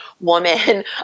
woman